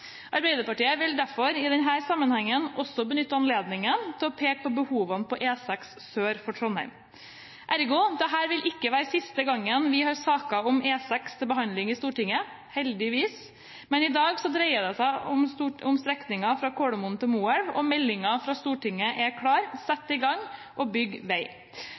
Arbeiderpartiet vil derfor i denne sammenheng også benytte anledningen til å peke på behovene på E6 sør for Trondheim. Ergo vil ikke dette være siste gang vi har saker om E6 til behandling i Stortinget, heldigvis. Men i dag dreier det seg om strekningen fra Kolomoen til Moelv, og meldingen fra Stortinget er klar: Sett i gang og bygg vei.